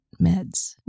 meds